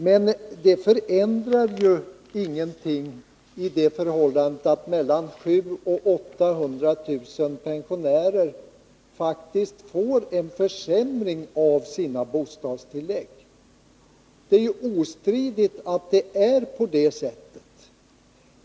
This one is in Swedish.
Men det förändrar ju ingenting i förhållandet att mellan 700 000 och 800 000 pensionärer faktiskt får en försämring av sina bostadstillägg. Det är ostridigt att det är på det sättet.